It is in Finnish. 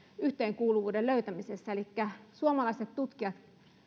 yhteenkuuluvuuden löytämisessä elikkä suomalaiset tutkijat